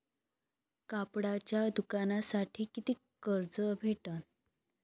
कापडाच्या दुकानासाठी कितीक कर्ज भेटन?